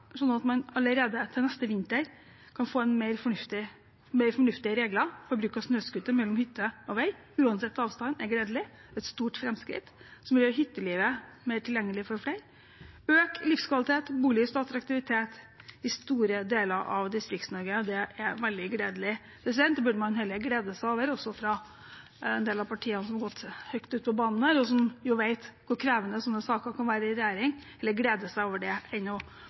sånn at man allerede til neste vinter kan få mer fornuftige regler for bruk av snøscooter mellom hytte og vei, uansett avstand, er gledelig. Det er et stort framskritt som vil gjøre hyttelivet mer tilgjengelig for flere, øke livskvaliteten og bolyst og attraktivitet i store deler av Distrikts-Norge, og det er veldig gledelig. Det burde man også glede seg over i en del av partiene som har gått høyt på banen, og som jo vet hvor krevende slike saker kan være i regjering. En bør heller glede seg over det